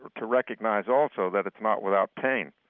to recognize also that it's not without pain.